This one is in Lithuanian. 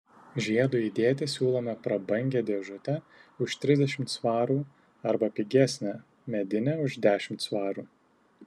žiedui įdėti siūlome prabangią dėžutę už trisdešimt svarų arba pigesnę medinę už dešimt svarų